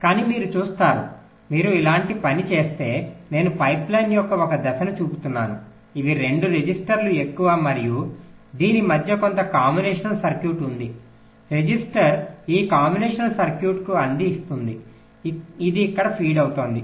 కానీ మీరు చూసారు మీరు ఇలాంటి పని చేస్తే నేను పైప్లైన్ యొక్క ఒక దశను చూపుతున్నాను ఇవి రెండు రిజిస్టర్లు ఎక్కువ మరియు దీని మధ్య కొంత కాంబినేషన్ సర్క్యూట్ ఉంది రిజిస్టర్ ఈ కాంబినేషన్ సర్క్యూట్కు అంది ఇస్తోంది ఇది ఇక్కడ ఫీడ్ అవుతోంది